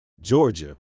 Georgia